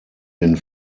den